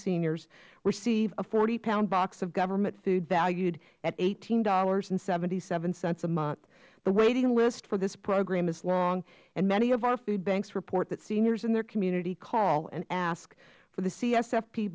seniors receive a forty pound box of government food valued at eighteen dollars seventy seven cents a month the waiting list for this program is long and many of our food banks report that seniors in their communities call and ask for the c